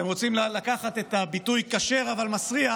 אם אתם רוצים לקחת את הביטוי "כשר אבל מסריח",